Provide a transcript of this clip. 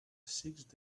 sixth